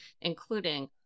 including